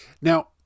Now